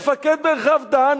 מפקד מרחב דן,